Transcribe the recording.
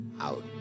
out